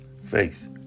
faith